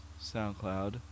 soundcloud